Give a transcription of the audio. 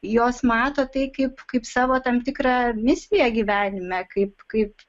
jos mato tai kaip kaip savo tam tikrą misiją gyvenime kaip kaip